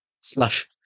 slash